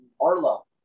Arlo